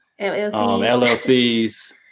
LLCs